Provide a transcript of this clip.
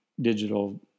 digital